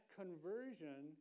conversion